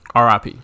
RIP